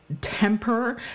temper